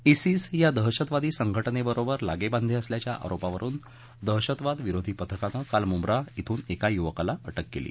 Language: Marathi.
ा स्कीस या दहशतवादी संघटनेबरोबर लागे बांधे असल्याच्या आरोपावरून दहशतवाद विरोधी पथकानं काल मुंब्रा श्रेन एका युवकाला अटक केली